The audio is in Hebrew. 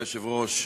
אדוני היושב-ראש,